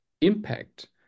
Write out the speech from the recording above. impact